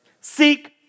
Seek